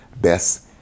best